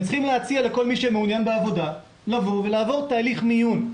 הם צריכים להציע לכל מי שמעוניין בעבודה לעבור תהליך מיון.